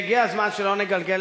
הוא לא התייחס.